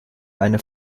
eine